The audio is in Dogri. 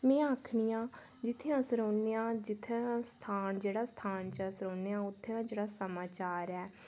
में आखनी आं जित्थै अस रौह्न्ने आं जित्थै अस स्थान जेह्ड़ा स्थान च अस रौह्न्ने आं उत्थें दा जेह्ड़ा समाचार ऐ